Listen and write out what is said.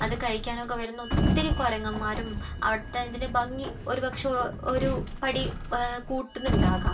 അത് കഴിക്കാൻ ഒക്കെ വരുന്ന ഒത്തിരി കുരങ്ങന്മാരും അവിടുത്തെ ഇതിൻ്റെ ഭംഗി ഒരുപക്ഷെ ഒരു പടി കൂട്ടുന്നുണ്ട് ആകെ